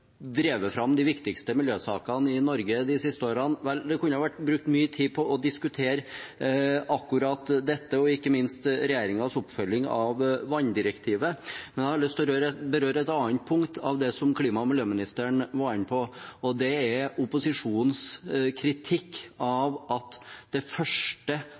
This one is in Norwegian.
drevet fram de viktigste miljøsakene i Norge de siste årene. Vel, det kunne vært brukt mye tid på å diskutere akkurat dette, og ikke minst regjeringens oppfølging av vanndirektivet, men jeg har lyst til å berøre et annet punkt av det klima- og miljøministeren var inne på, og det er opposisjonens kritikk av at det første